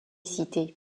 cités